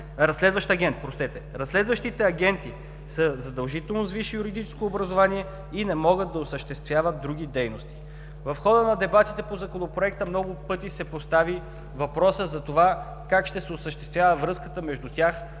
Разследващите агенти са задължително с висше юридическо образование и не могат да осъществяват други дейности. В хода на дебатите по Законопроекта много пъти се постави въпросът за това как ще се осъществява връзката между тях